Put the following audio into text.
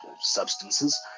substances